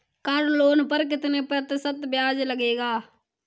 Car loan पर कितने प्रतिशत ब्याज लगेगा?